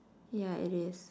yeah it is